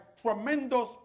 tremendous